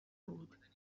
بود